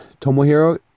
Tomohiro